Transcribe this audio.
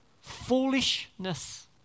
Foolishness